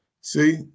See